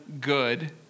good